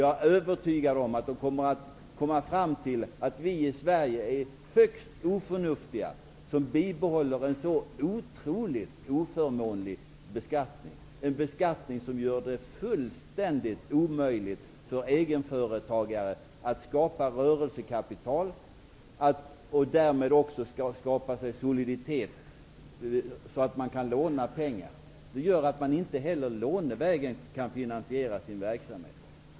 Jag är övertygad om att man skulle komma fram till att vi i Sverige är oförnuftiga som bibehåller en så otroligt oförmånlig beskattning, en beskattning som gör det fullständigt omöjligt för egenföretagare att skapa rörelsekapital och därmed soliditet för att kunna låna pengar. Det gör att man inte heller lånevägen kan finansiera sin verksamhet.